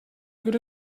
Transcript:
good